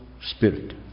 spirit